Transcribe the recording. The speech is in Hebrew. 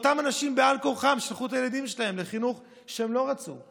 אותם אנשים בעל כורחם שלחו את הילדים שלהם לחינוך שהם לא רצו בו.